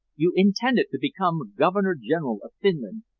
you intended to become governor-general of finland!